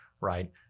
Right